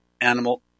animal